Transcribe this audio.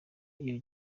iyo